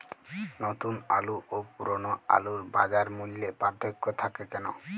নতুন আলু ও পুরনো আলুর বাজার মূল্যে পার্থক্য থাকে কেন?